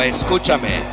Escúchame